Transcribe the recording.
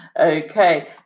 Okay